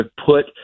put